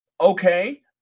okay